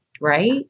right